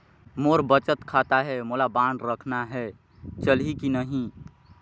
मोर बचत खाता है मोला बांड रखना है चलही की नहीं?